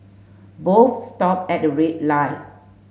both stop at a red light